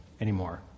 anymore